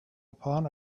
upon